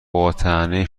باطعنه